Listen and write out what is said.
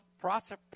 process